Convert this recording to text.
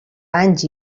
anys